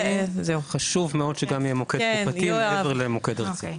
חשוב מאוד שגם יהיה מוקד קופתי מעבר למוקד ארצי.